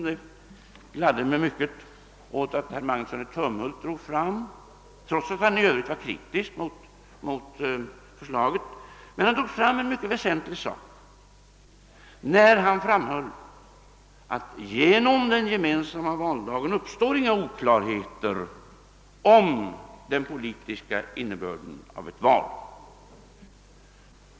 Det gladde mig mycket att herr Magnusson i Tumhult, trots att han i övrigt var kritisk mot förslaget, drog fram en mycket väsentlig sak: genom den gemensamma valdagen uppstår inga oklarheter om den politiska innebörden av ett val.